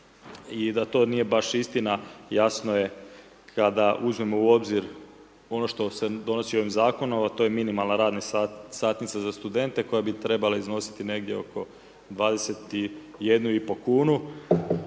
i da to nije baš istina, jasno je kada uzmemo u obzir ono što se donosi ovim zakonom, a to je minimalna radna satnica za studente, koja bi trebala iznositi oko 21,5 kn,